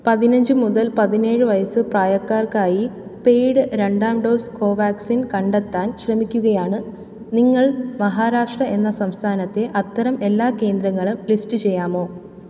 പതിനഞ്ച് മുതൽ പതിനേഴ് വയസ്സ് പ്രായക്കാർക്കായി പെയ്ഡ് രണ്ടാം ഡോസ് കോവാക്സിൻ കണ്ടെത്താൻ ശ്രമിക്കുകയാണ് നിങ്ങൾ മഹാരാഷ്ട്ര എന്ന സംസ്ഥാനത്തെ അത്തരം എല്ലാ കേന്ദ്രങ്ങളും ലിസ്റ്റ് ചെയ്യാമോ